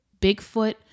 Bigfoot